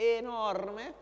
enorme